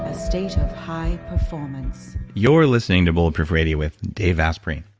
ah state of high performance you're listening to bulletproof radio with dave asprey.